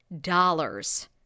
dollars